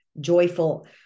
joyful